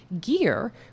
Gear